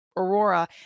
Aurora